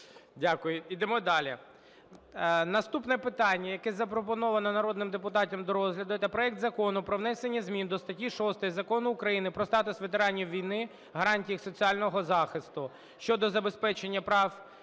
Дякую. Ідемо далі. Наступне питання, яке запропоноване народним депутатам до розгляду: проект Закону про внесення змін до статті 6 Закону України "Про статус ветеранів війни, гарантії їх соціального захисту" (щодо забезпечення прав